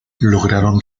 lograron